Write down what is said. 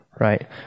Right